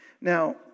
Now